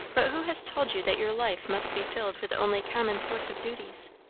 but who has told you that your life must be filled with only common sorts of duties?